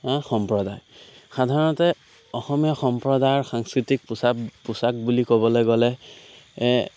সম্প্ৰদায় সাধাৰণতে অসমীয়া সম্প্ৰদায়ৰ সাংস্কৃতিক পোচাপ পোচাক বুলি ক'বলৈ গ'লে এ